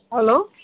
hello